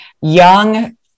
young